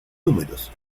números